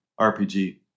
RPG